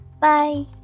bye